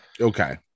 Okay